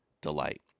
delight